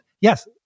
yes